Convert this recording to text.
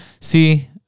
see